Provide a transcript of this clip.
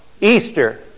Easter